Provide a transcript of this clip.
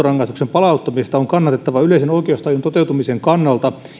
palauttamisesta on kannatettava yleisen oikeustajun toteutumisen kannalta ei